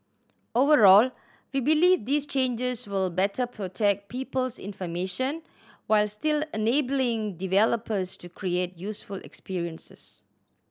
overall we believe these changes will better protect people's information while still enabling developers to create useful experiences